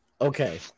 okay